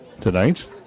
tonight